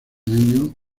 año